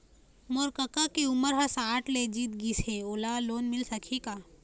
मोर कका के उमर ह साठ ले जीत गिस हे, ओला लोन मिल सकही का?